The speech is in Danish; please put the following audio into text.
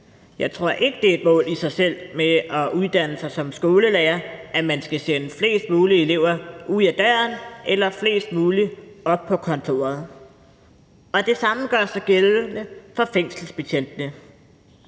Jeg tror ikke, at det er et mål i sig selv med at uddanne sig som skolelærer, at man skal sende flest mulige elever uden for døren eller flest mulige op på kontoret, og det samme gør sig gældende for fængselsbetjentene.